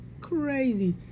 Crazy